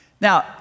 Now